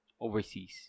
overseas